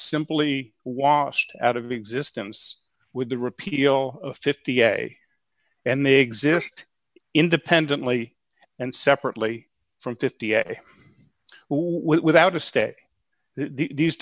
simply washed out of existence with the repeal of fifty a day and they exist independently and separately from fifty a well without a stay these